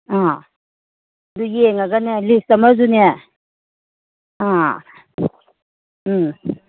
ꯑꯥ ꯑꯗꯨ ꯌꯦꯡꯉꯒꯅꯦ ꯂꯤꯁ ꯑꯃꯁꯨꯅꯦ ꯑꯥ ꯎꯝ